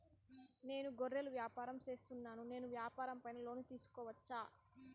నేను గొర్రెలు వ్యాపారం సేస్తున్నాను, నేను వ్యాపారం పైన లోను తీసుకోవచ్చా?